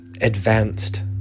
Advanced